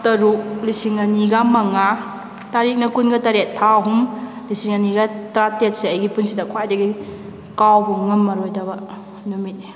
ꯇꯔꯨꯛ ꯂꯤꯁꯤꯡ ꯑꯅꯤꯒ ꯃꯉꯥ ꯇꯥꯔꯤꯛꯅ ꯀꯨꯟꯒ ꯇꯔꯦꯠ ꯊꯥ ꯑꯍꯨꯝ ꯂꯤꯁꯤꯡ ꯑꯅꯤꯒ ꯇꯥꯔꯥ ꯇꯔꯦꯠꯁꯦ ꯑꯩꯒꯤ ꯄꯨꯟꯁꯤꯗ ꯈ꯭ꯋꯥꯏꯗꯒꯤ ꯀꯥꯎꯕ ꯉꯝꯃꯔꯣꯏꯗꯕ ꯅꯨꯃꯤꯠꯅꯤ